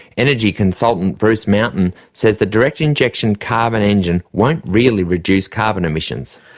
energy consultant bruce mountain says the direct injection carbon engine won't really reduce carbon emissions.